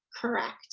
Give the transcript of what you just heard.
Correct